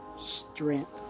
strength